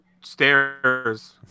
stairs